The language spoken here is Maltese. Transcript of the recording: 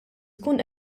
tkun